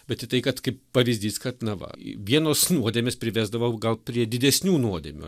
bet į tai kad kaip pavyzdys kad na va vienos nuodėmės privesdavo gal prie didesnių nuodėmių